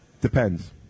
Depends